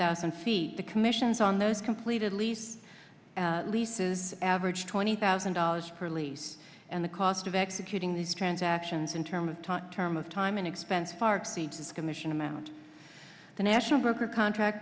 thousand see the commissions on those completed lease leases averaged twenty thousand dollars per lease and the cost of executing these transactions in term of top term of time and expense far exceeds its commission amount the national broker contract